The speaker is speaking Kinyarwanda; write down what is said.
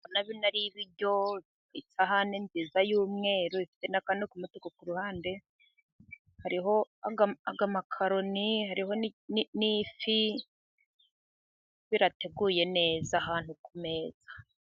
Ndabona bino ari ibiryo， ku isahani nziza y’umweru，ndetse n'akantu k’umutuku ku ruhande，hariho amakaroni，hariho n'ifi，birateguye neza， ahantu ku meza.